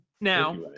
now